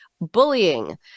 bullying